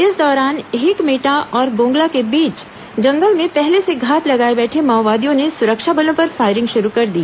इस दौरान हिकमेटा और गोगला के बीच जंगल में पहले से घात लगाए बैठे माओवादियों ने सुरक्षा बलों पर फायरिंग शुरू कर दी